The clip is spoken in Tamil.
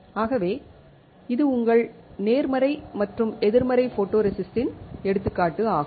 ஆகவே இது உங்கள் நேர்மறை மற்றும் எதிர்மறை ஃபோட்டோரெசிஸ்ட்டின் எடுத்துக்காட்டு ஆகும்